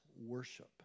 worship